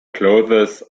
clothes